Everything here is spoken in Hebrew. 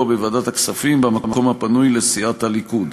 בוועדת הכספים במקום הפנוי לסיעת הליכוד.